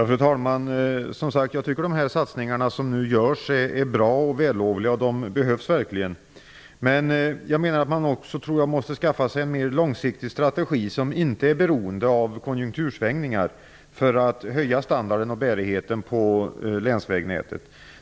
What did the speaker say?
Fru talman! Jag tycker att de satsningar som nu görs är bra och vällovliga. De behövs verkligen. Men man måste också skaffa sig en mer långsiktig strategi som inte är beroende av konjunktursvängningar för att höja standarden och bärigheten på länsvägnätet.